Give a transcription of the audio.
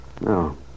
No